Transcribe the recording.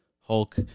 Hulk